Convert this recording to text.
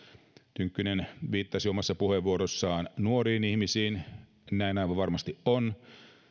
tynkkynen viittasi omassa puheenvuorossaan nuoriin ihmisiin näin aivan varmasti on